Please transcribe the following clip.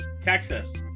Texas